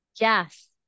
yes